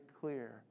clear